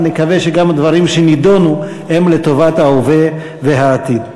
אבל נקווה שגם הדברים שנדונו הם לטובת ההווה והעתיד.